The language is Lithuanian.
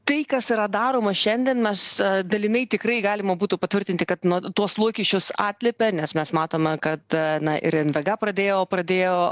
tai kas yra daroma šiandien mes dalinai tikrai galima būtų patvirtinti kad tuos lūkesčius atliepia nes mes matome kad na ir envega pradėjo pradėjo